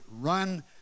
run